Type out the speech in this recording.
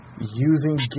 using